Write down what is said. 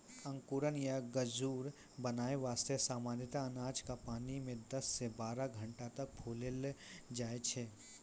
अंकुरण या गजूर बनाय वास्तॅ सामान्यतया अनाज क पानी मॅ दस सॅ बारह घंटा तक फुलैलो जाय छै